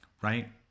Right